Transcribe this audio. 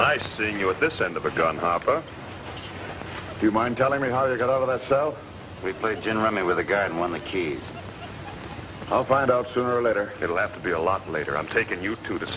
nice seeing you at this end of a gun hopper do you mind telling me how you got out of that so we played generally with a gun when the key i'll find out sooner or later it'll have to be a lot later i'm taking you to t